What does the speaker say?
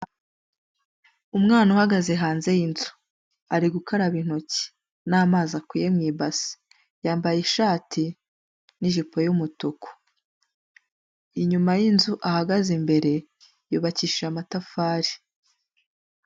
Umwana uhagaze hanze y'inzu ari gukaraba intoki n'amazi akuye mu ibase, yambaye ishati n'ijipo y'umutuku, inyuma y'inzu ahagaze imbere yubakishije amatafari.